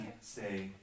say